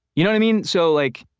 y'know what i mean, so like,